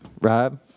rob